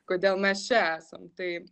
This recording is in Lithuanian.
kodėl mes čia esam tai